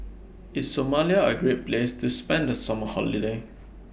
IS Somalia A Great Place to spend The Summer Holiday